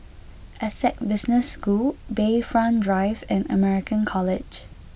Essec Business School Bayfront Drive and American College